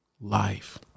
life